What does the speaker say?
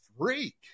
freak